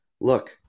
Look